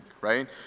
right